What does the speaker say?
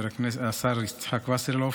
השר יצחק וסרלאוף.